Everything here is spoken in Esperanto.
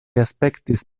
aspektis